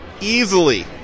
Easily